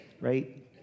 right